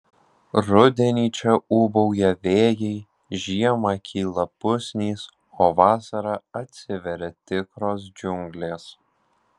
rudenį čia ūbauja vėjai žiemą kyla pusnys o vasarą atsiveria tikros džiunglės